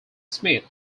smith